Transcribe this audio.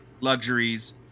luxuries